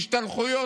השתלחויות,